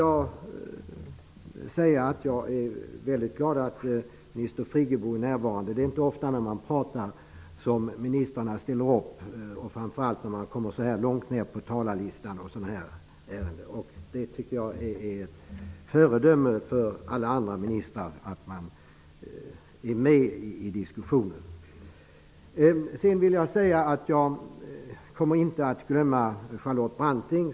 Jag är väldigt glad över att se att kulturminister Birgit Friggebo är närvarande. Det är inte ofta som ministrar ställer upp i debatter, framför allt inte när de som står långt ner på talarlistan får ordet. Jag tycker alltså att det är föredömligt att en minister är med i diskussionen. Jag kommer inte att glömma Charlotte Branting.